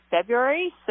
February